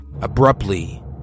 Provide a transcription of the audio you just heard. Abruptly